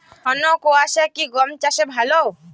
ঘন কোয়াশা কি গম চাষে ভালো?